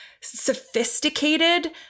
sophisticated